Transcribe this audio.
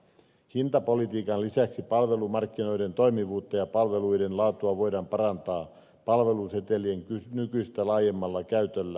hintapolitiikan lisäksi palvelumarkkinoiden toimivuutta ja palveluiden laatua voidaan parantaa palvelusetelien nykyistä laajemmalla käytöllä